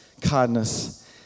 kindness